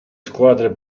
squadre